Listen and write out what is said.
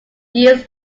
use